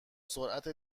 سرعت